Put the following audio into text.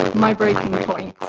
my breaking point.